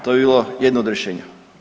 To bi bilo jedno od rješenja.